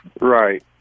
Right